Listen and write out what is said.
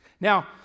Now